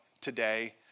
today